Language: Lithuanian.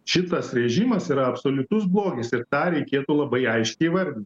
šitas režimas yra absoliutus blogis ir tą reikėtų labai aiškiai įvardint